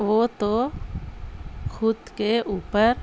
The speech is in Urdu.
وہ تو خود کے اوپر